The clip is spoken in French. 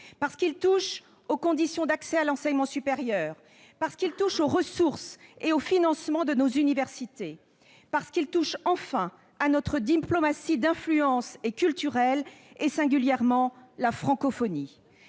parce qu'il touche aux conditions d'accès à l'enseignement supérieur, parce qu'il touche aux ressources et au financement de nos universités, parce qu'il touche, enfin, à notre diplomatie d'influence et culturelle, singulièrement à la francophonie.